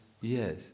Yes